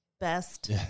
best